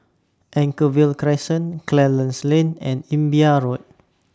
Anchorvale Crescent Clarence Lane and Imbiah Road